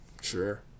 Sure